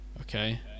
okay